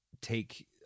take